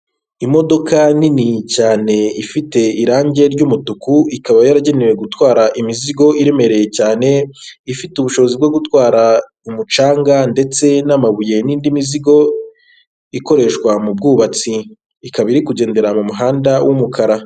Imodoka nini cyane ifite irange ry'umutuku, ikaba yaragenewe gutwara imizigo iremereye cyane, ifite ubushobozi bwo gutwara umucanga ndetse n'amabuye, n'indi mizigo, ikaba ikoreshwa mu bwubatsi, ikaba iri kugendera mu muhanda w'umukara.